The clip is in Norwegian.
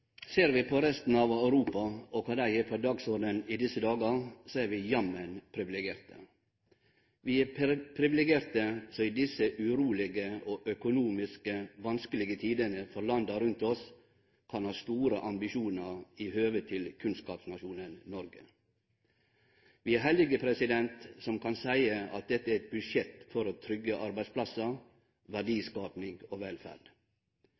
Ser vi på resten av Europa og kva dei har på dagsordenen i desse dagane, er vi jammen privilegerte. Vi er privilegerte som i desse urolege og økonomisk vanskelege tidene for landa rundt oss kan ha store ambisjonar i høve til kunnskapsnasjonen Noreg. Vi er heldige som kan seie at dette er eit budsjett for å tryggje arbeidsplassar, verdiskaping og velferd.